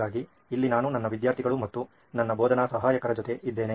ಹಾಗಾಗಿ ಇಲ್ಲಿ ನಾನು ನನ್ನ ವಿದ್ಯಾರ್ಥಿಗಳು ಮತ್ತು ನನ್ನ ಬೋಧನಾ ಸಹಾಯಕರ ಜೊತೆ ಇದ್ದೇನೆ